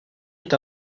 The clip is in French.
est